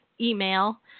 Email